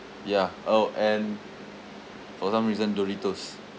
ya oh and for some reason doritos